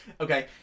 Okay